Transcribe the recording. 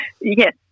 Yes